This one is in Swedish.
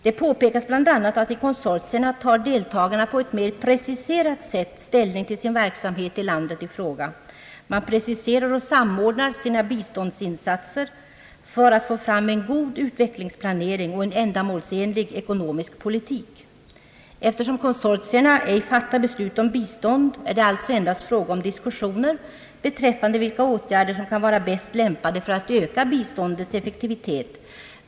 Det påpekas bl.a. att i konsortierna tar deltagarna på ett mer preciserat sätt ställning till sin verksamhet i landet i fråga — man preciserar och samordnar sina biståndsinsatser för att få fram en god utvecklingsplanering och en ändamålsenlig ekonomisk politik. Eftersom konsortierna ej fattar beslut om bistånd, är det alltså endast fråga om diskussioner beträffande vilka åtgärder som kan vara bäst lämpade för att öka biståndets effektivitet.